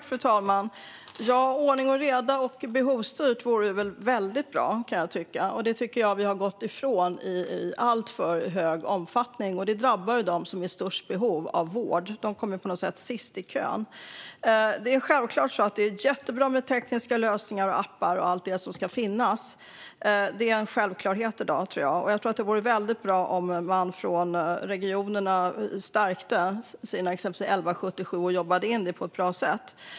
Fru talman! Det vore väldigt bra med ordning och reda och behovsstyrning. Det tycker jag att man har gått ifrån i alltför stor omfattning, och det drabbar ju dem som är i störst behov av vård. De kommer på något sätt sist i kön. Det är jättebra med tekniska lösningar, appar och allt sådant som ska finnas. Det är en självklarhet i dag, tror jag. Det vore väldigt bra om man från regionernas sida stärkte till exempel 1177 och jobbade in det på ett bra sätt.